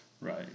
Right